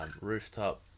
rooftop